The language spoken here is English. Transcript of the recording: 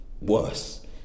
worse